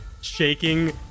shaking